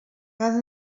cada